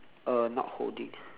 uh not holding